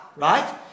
Right